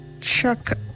Chuck